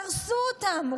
דרסו אותם.